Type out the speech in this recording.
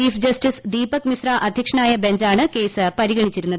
chief justice Deepak Misra അധ്യക്ഷനായ ബഞ്ചാണ് case പരിഗണിച്ചിരുന്നത്